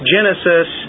Genesis